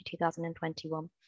2021